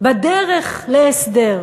בדרך להסדר.